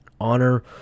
Honor